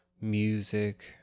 music